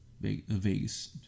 Vegas